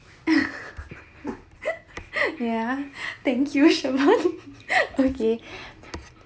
ya thank you chivonne okay